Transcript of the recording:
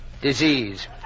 Disease